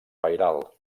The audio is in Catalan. pairal